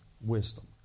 wisdom